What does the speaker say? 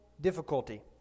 difficulty